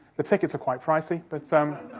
the tickets are quite pricey. but so um